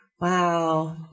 Wow